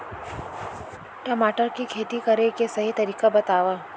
टमाटर की खेती करे के सही तरीका बतावा?